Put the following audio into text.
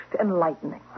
enlightening